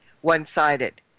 One-sided